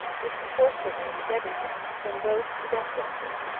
mrs forrester believed everything, from ghosts to death-watches.